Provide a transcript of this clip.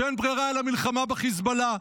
שאין ברירה אלא מלחמה בחיזבאללה.